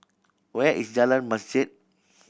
where is Jalan Masjid